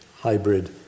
hybrid